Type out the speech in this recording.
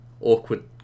awkward